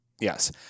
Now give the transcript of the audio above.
Yes